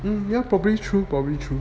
mm yeah probably true probably true